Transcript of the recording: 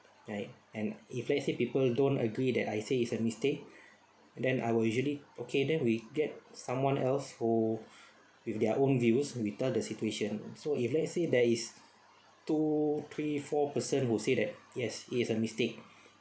like and if let's say people don't agree that I say is a mistake then I will usually okay then we get someone else who with their own views we tell the situation so if let's say there is two three four person who say that yes it is a mistake